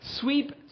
Sweep